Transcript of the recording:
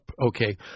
Okay